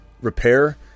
repair